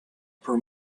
for